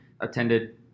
attended